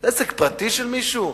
עסק פרטי של מישהו?